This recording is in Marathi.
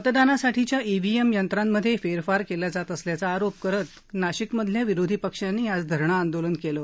मतदानासाठीच्या डेहीएम यंत्रामध्ये फेरफार केला जात असल्याचा आरोप करत नाशिकमधल्या विरोधी पक्षांनी आज धरणं आंदोलन केलं